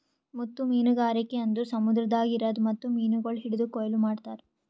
ಮುತ್ತು ಮೀನಗಾರಿಕೆ ಅಂದುರ್ ಸಮುದ್ರದಾಗ್ ಇರದ್ ಮುತ್ತು ಮೀನಗೊಳ್ ಹಿಡಿದು ಕೊಯ್ಲು ಮಾಡ್ತಾರ್